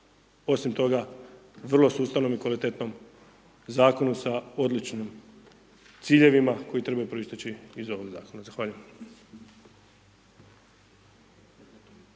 osim toga, vrlo sustavnom i kvalitetnom Zakonu sa odličnim ciljevima koji trebaju proisteći iz ovog Zakona. Zahvaljujem.